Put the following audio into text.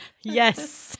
yes